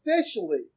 officially